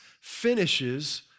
finishes